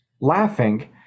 laughing